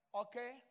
okay